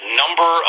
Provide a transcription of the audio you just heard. number